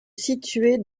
situé